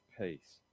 peace